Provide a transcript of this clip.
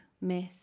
myth